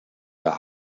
der